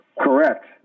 Correct